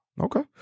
Okay